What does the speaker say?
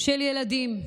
של ילדים.